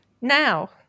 now